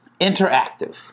interactive